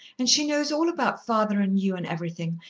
and she knows all about father and you and everything,